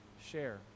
share